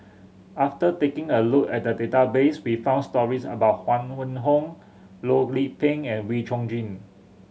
after taking a look at the database we found stories about Huang Wenhong Loh Lik Peng and Wee Chong Jin